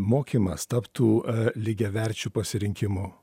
mokymas taptų lygiaverčiu pasirinkimu